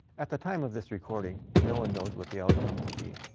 at the time of this recording, no one knows what the outcome will be.